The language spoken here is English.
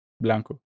Blanco